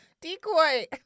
Decoy